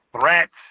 threats